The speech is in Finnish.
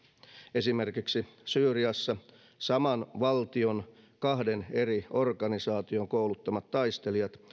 esimerkiksi syyriassa saman valtion kahden eri organisaation kouluttamat taistelijat